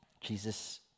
Jesus